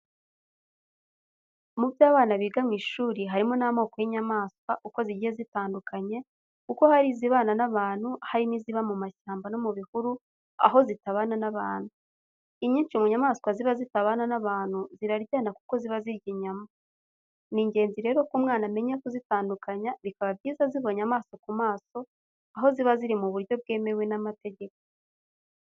Mubyo abana biga mu ishuri, harimo n'amoko y'inyamaswa, uko zigiye zitandukanye, kuko hari izibana n'abantu, hari n'iziba mu mashyamba no mu bihuru, aho zitabana n'abantu. Inyinshi mu nyamaswa ziba zitabana n'abantu, ziraryana kuko ziba zirya inyama. Ni ingenzi rero ko umwana amenya kuzitandukanya, bikaba byiza azibonye amaso ku maso aho ziba ziri mu buryo bwemewe n'amategeko.